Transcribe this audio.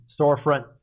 storefront